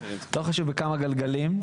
לא חשוב בכמה גלגלים,